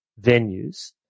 venues